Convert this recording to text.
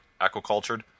aquacultured